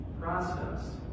process